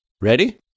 Ready